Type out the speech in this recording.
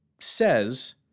says